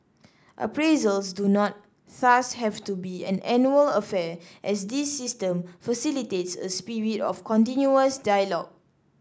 appraisals do not thus have to be an annual affair as this system facilitates a spirit of continuous dialogue